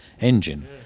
engine